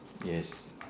yes